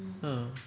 hmm